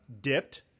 dipped